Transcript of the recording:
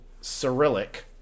Cyrillic